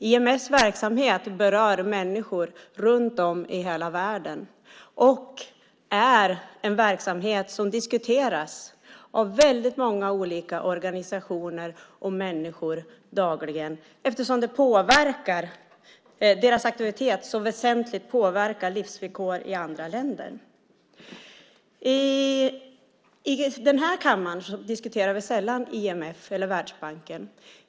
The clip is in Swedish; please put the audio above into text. IMF:s verksamhet berör människor runt om i hela världen och är en verksamhet som diskuteras av många olika organisationer och människor dagligen eftersom dess aktivitet så väsentligt påverkar livsvillkor i andra länder. I den här kammaren diskuterar vi sällan IMF eller Världsbanken.